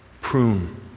prune